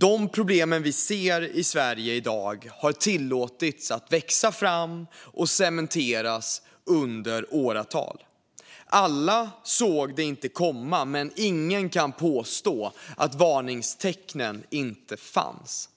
De problem vi ser i Sverige i dag har tillåtits växa fram och cementeras i åratal. Alla såg det inte komma, men ingen kan påstå att varningstecknen inte fanns.